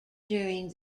during